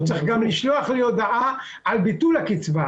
צריך גם לשלוח לי הודעה על ביטול הקצבה,